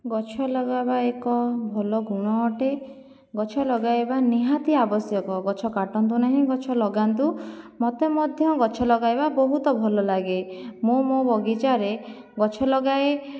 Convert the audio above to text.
ଗଛ ଲଗାଇବା ଏକ ଭଲ ଗୁଣ ଅଟେ ଗଛ ଲଗାଇବା ନିହାତି ଆବଶ୍ୟକ ଗଛ କାଟନ୍ତୁ ନାହିଁ ଗଛ ଲଗାନ୍ତୁ ମୋତେ ମଧ୍ୟ ଗଛ ଲଗାଇବା ବହୁତ ଭଲଲାଗେ ମୁଁ ମୋ' ବଗିଚାରେ ଗଛ ଲଗାଏ